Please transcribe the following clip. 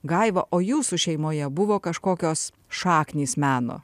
gaiva o jūsų šeimoje buvo kažkokios šaknys meno